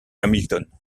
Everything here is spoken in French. hamilton